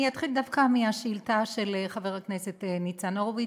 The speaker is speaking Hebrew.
אני אתחיל דווקא מהשאילתה של חבר הכנסת ניצן הורוביץ.